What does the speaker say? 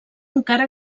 encara